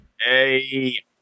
Hey